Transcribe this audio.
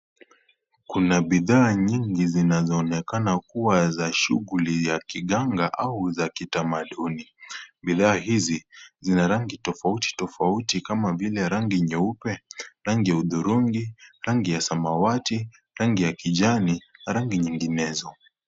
Kuna bidhaa nyingi ambazo zinaonekana kua za shughuli ya kiganga au za kitamaduni, bidhaa hizi zina rangi tofutitofauti kama vile rangi nyeupe, rangi ya hudhurungi, rangi ya samawati, rangi ya kijani, rangi nyinginezo.